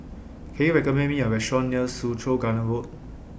Can YOU recommend Me A Restaurant near Soo Chow Garden Road